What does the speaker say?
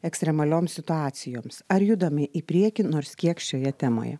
ekstremalioms situacijoms ar judame į priekį nors kiek šioje temoje